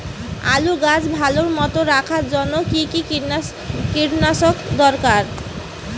আলুর গাছ ভালো মতো রাখার জন্য কী কী কীটনাশক দরকার?